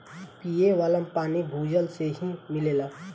पिये वाला पानी भूजल से ही मिलेला